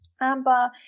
Amber